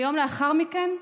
ויום לאחר מכן,